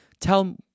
tell